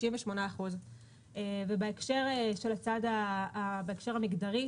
בהקשר המגדרי,